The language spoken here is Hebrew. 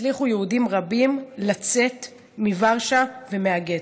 הצליחו יהודים רבים לצאת מוורשה ומהגטו.